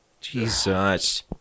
Jesus